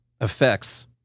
effects